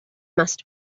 must